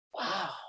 wow